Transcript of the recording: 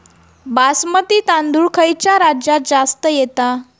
बासमती तांदूळ खयच्या राज्यात जास्त येता?